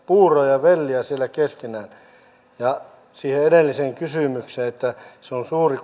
puuroja ja vellejä siellä keskenään ja siihen edelliseen kysymykseen metsähallitus on kuitenkin suuri